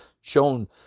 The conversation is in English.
shown